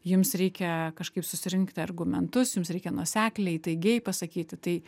jums reikia kažkaip susirinkti argumentus jums reikia nuosekliai įtaigiai pasakyti tai